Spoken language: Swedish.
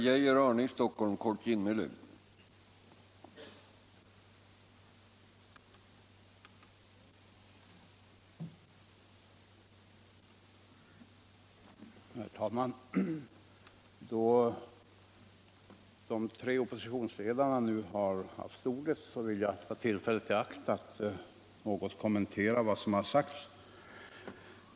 Herr talman! Då de tre oppositionsledarna nu har haft ordet vill jag ta tillfället i akt att kommentera vad som sagts.